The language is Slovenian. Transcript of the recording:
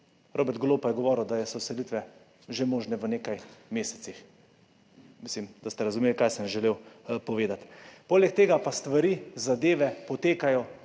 Robert Golob pa je govoril, da so selitve možne že v nekaj mesecih. Mislim, da ste razumeli, kaj sem želel povedati. Poleg tega pa stvari, zadeve potekajo